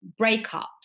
breakups